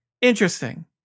Interesting